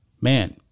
Man